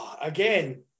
Again